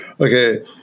Okay